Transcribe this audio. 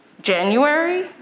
January